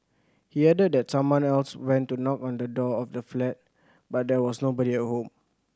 he added that someone else went to knock on the door of the flat but there was nobody at home